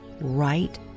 right